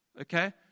okay